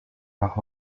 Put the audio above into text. nach